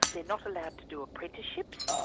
they're not allowed to do apprenticeships,